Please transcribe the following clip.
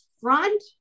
front